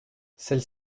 celle